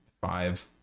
five